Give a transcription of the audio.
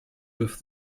with